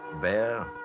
bear